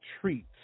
treats